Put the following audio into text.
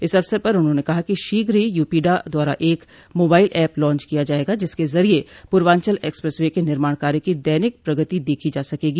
इस अवसर पर उन्होंने कहा कि शीघ्र ही यूपीडा द्वारा एक मोबाइल एप लांच किया जायेगा जिसके जरिये पूर्वांचल एक्सप्रेस वे के निर्माण कार्य की दैनिक प्रगति देखी जा सकेगी